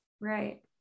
Right